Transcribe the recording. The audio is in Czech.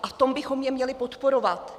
A v tom bychom je měli podporovat.